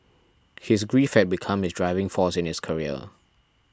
his grief had become his driving force in his career